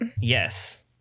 Yes